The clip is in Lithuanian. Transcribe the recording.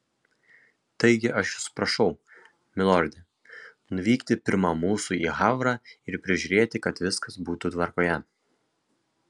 taigi aš jus prašau milorde nuvykti pirma mūsų į havrą ir prižiūrėti kad viskas būtų tvarkoje